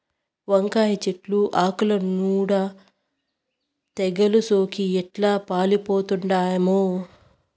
వంకాయ చెట్లు ఆకుల నూడ తెగలు సోకి ఎట్లా పాలిపోతండామో